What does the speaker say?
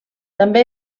també